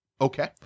Okay